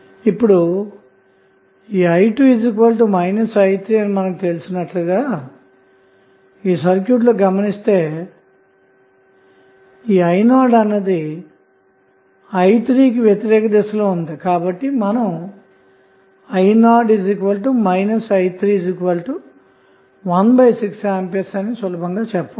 ఇప్పుడు i 2 i 3 అని మనకు తెలిసినట్లుగాఈ సర్క్యూట్ లో గమనిస్తే i 0అన్నది i 3కి వ్యతిరేక దిశలో ఉంది కాబట్టి మనం i0 i316A అని చెప్పవచ్చు